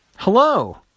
Hello